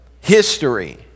History